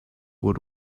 what